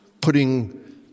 putting